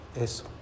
eso